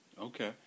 Okay